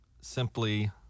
simply